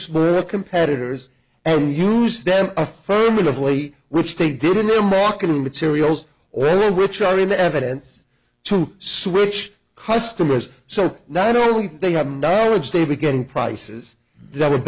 smooth competitors and use them affirmatively which they did in their marketing materials well which are in the evidence to switch customers so not only they have knowledge they begin prices that